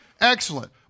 Excellent